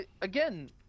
again